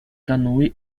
canoë